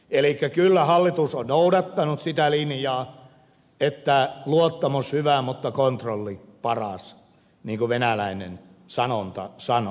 elikkä kyllä hallitus on noudattanut sitä linjaa että luottamus hyvä mutta kontrolli paras niin kuin venäläinen sanonta sanoo